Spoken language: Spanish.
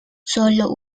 sólo